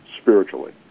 spiritually